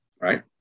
right